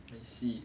I see